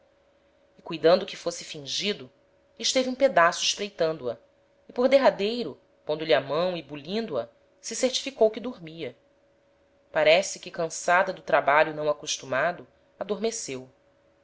e cuidando que fosse fingido esteve um pedaço espreitando a e por derradeiro pondo-lhe a mão e bulindo a se certificou que dormia parece que cansada do trabalho não acostumado adormeceu